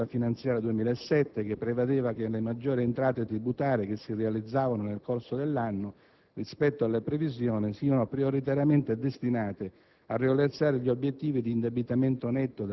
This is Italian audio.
gli impegni, di cui all'articolo 1, comma 4, della legge finanziaria 2007, che prevedeva che le maggiori entrate tributarie, che si realizzavano nel corso dell'anno, rispetto alle previsioni, siano prioritariamente destinate